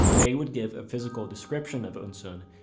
they would give a physical description of eunsoon,